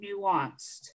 nuanced